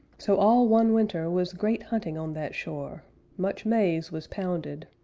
so all one winter was great hunting on that shore much maize was pounded,